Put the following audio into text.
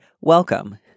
Welcome